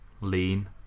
Lean